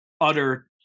utter